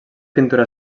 pintura